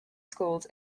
schools